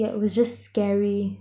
yea~ it was just scary